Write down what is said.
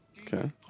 Okay